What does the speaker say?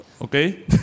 okay